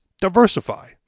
diversify